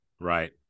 Right